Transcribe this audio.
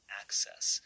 access